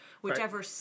whichever